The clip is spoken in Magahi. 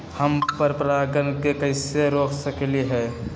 हम पर परागण के कैसे रोक सकली ह?